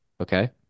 okay